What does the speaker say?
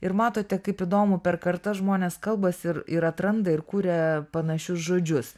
ir matote kaip įdomu per kartas žmonės kalbasi ir ir atranda ir kuria panašius žodžius